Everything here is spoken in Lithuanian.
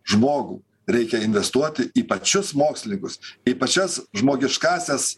žmogų reikia investuoti į pačius mokslininkus į pačias žmogiškąsias